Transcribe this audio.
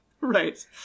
Right